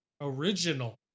original